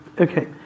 Okay